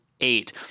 Eight